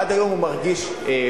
עד היום הוא מרגיש פגוע.